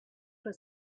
was